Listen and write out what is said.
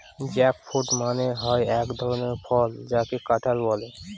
jackfruit মানে হয় এক ধরনের ফল যাকে কাঁঠাল বলে